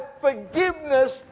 forgiveness